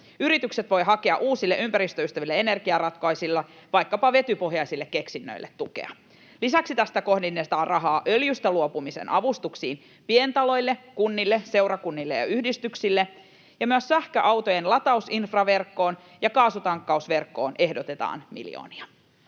Yritykset voivat hakea tukea uusille, ympäristöystävällisille energiaratkaisulle, vaikkapa vetypohjaisille keksinnöille. Lisäksi tästä kohdennetaan rahaa öljystä luopumisen avustuksiin pientaloille, kunnille, seurakunnille ja yhdistyksille, ja myös sähköautojen latausinfraverkkoon ja kaasutankkausverkkoon ehdotetaan miljoonia.